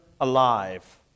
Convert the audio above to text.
alive